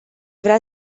vrea